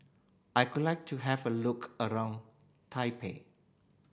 I could like to have a look around Taipei